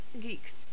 Geeks